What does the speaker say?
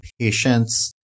patients